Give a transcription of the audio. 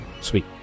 Sweet